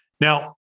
Now